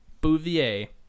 Bouvier